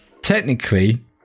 technically